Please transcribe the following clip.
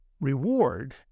reward